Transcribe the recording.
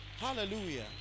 Hallelujah